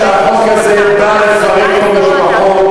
אני לא חושב שהחוק הזה בא לפרק פה משפחות.